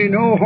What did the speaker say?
no